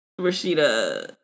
Rashida